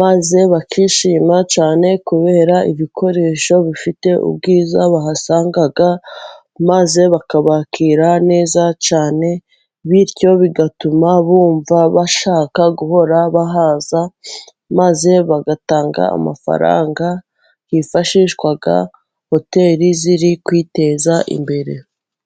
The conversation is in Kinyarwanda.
maze bakishima cyane kubera ibikoresho bifite ubwiza bahasanga, maze bakabakira neza cyane, bityo bigatuma bumva bashaka guhora bahaza, maze bagatanga amafaranga yifashishwa, hoteli ziri kwiteza imbere.